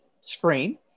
screen